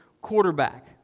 quarterback